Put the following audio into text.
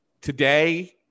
Today